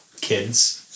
kids